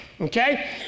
okay